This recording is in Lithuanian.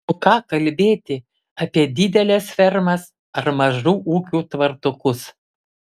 o ką kalbėti apie dideles fermas ar mažų ūkių tvartukus